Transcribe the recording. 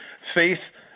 Faith